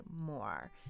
more